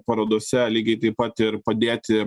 parodose lygiai taip pat ir padėti